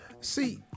See